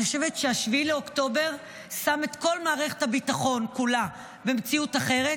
אני חושבת ש-7 באוקטובר שם את כל מערכת הביטחון כולה במציאות אחרת,